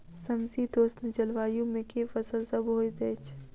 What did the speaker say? समशीतोष्ण जलवायु मे केँ फसल सब होइत अछि?